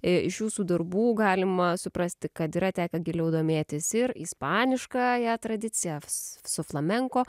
iš jūsų darbų galima suprasti kad yra tekę giliau domėtis ir ispaniškaja tradicija su flamenko